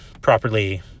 properly